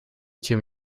тем